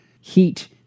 Heat